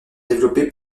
développé